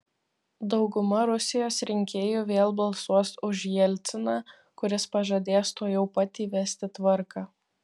dauguma rusijos rinkėjų vėl balsuos už jelciną kuris pažadės tuojau pat įvesti tvarką